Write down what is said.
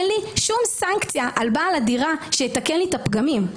אין לי שום סנקציה על בעל הדירה שיתקן לי את הפגמים.